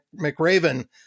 McRaven